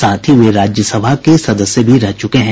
साथ ही वे राज्यसभा के सदस्य भी रह चुके हैं